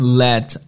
let